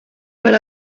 per